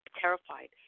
terrified